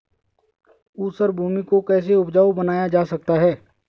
ऊसर भूमि को कैसे उपजाऊ बनाया जा सकता है?